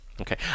Okay